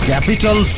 Capital